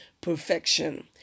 perfection